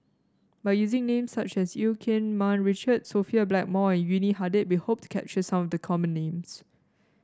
by using names such as Eu Keng Mun Richard Sophia Blackmore and Yuni Hadi we hope to capture some of the common names